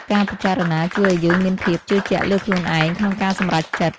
ការពិចារណាជួយឱ្យយើងមានភាពជឿជាក់លើខ្លួនឯង ក្នុងការសម្រេចចិត្ត។